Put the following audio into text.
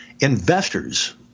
investors